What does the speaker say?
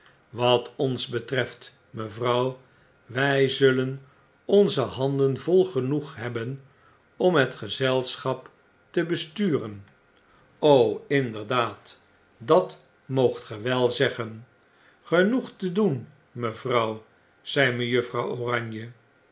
wat ons betreft mevrouw wij zullen onze handen vol genoeg hebben om het gezelschap te besturen inderdaad dat moogt ge wel zeggen genoeg te doen mevrouw zei mejuffrouw oranje